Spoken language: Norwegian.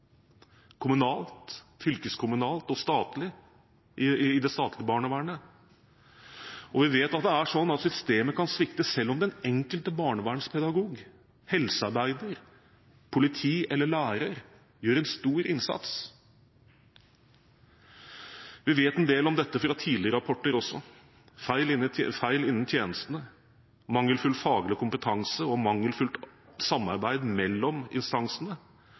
kommunalt, fylkeskommunalt og statlig, i barnevernet. Og vi vet at systemet kan svikte, selv om den enkelte barnevernspedagog, helsearbeider, politi eller lærer gjør en stor innsats. Vi vet en del om dette også fra tidligere rapporter – feil innen tjenestene, mangelfull faglig kompetanse og mangelfullt samarbeid mellom instansene,